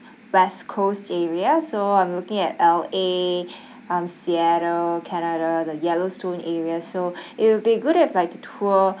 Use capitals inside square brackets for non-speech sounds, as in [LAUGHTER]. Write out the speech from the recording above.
west coast area so I'm looking at la um seattle canada the yellowstone area so [BREATH] it will be good if I can tour